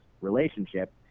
relationship